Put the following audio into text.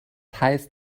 heißt